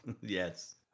Yes